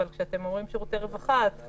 אבל כשמדברים על שירותי רווחה צריך